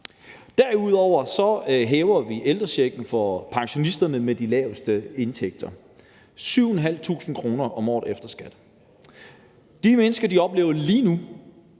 Derudover hæver vi ældrechecken for pensionisterne med de laveste indtægter, og det drejer sig om 7.500 kr. om året efter skat. De mennesker oplever lige nu